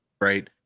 right